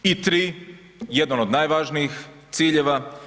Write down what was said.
I 3. jedan od najvažnijih ciljeva.